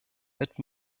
mit